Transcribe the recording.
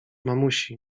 mamusi